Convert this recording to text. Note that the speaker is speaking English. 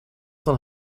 sun